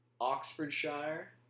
Oxfordshire